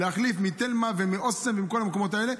להחליף מתלמה ומאסם ומכל המקומות האלה.